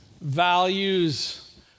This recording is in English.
values